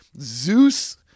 Zeus